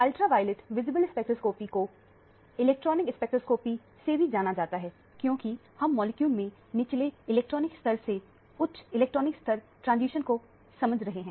ultraviolet visible spectroscopy को electronic spectroscopy से भी जाना जाता है क्योंकि हम मॉलिक्यूल में निचले इलेक्ट्रॉनिक स्तर से उच्च इलेक्ट्रॉनिक स्तर ट्रांजिशन को समझ रहे हैं